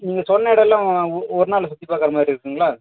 நீங்கள் சொன்ன இடல்லாம் ஒ ஒரு நாள் சுற்றி பார்க்கற மாதிரி இருக்கும்ங்களா